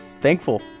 Thankful